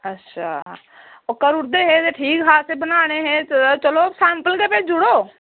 अच्छा करी उड़दे हे ते ठीक हा असें बनाने हे चलो सैम्पल गै भेजी ओड़ेओ